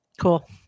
cool